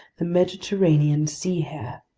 the mediterranean sea hare.